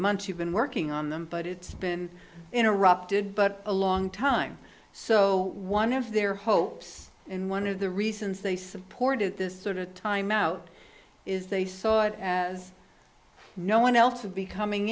months you've been working on them but it's been interrupted but a long time so one of their hopes and one of the reasons they supported this sort of timeout is they saw it as no one else would be coming